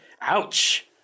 ouch